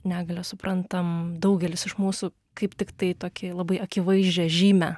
negalią suprantam daugelis iš mūsų kaip tiktai tokią labai akivaizdžią žymę